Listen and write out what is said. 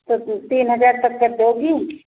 okay तीन हज़ार तक की दोगी